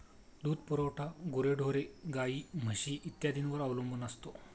दूध पुरवठा गुरेढोरे, गाई, म्हशी इत्यादींवर अवलंबून असतो